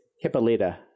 Hippolyta